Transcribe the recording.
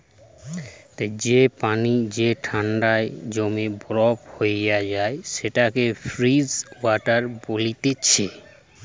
যে পানি যে ঠান্ডায় জমে বরফ হয়ে যায় সেটাকে ফ্রোজেন ওয়াটার বলতিছে